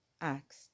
acts